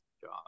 job